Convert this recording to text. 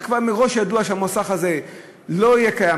שכבר מראש ידוע שמוסך הזה לא יהיה קיים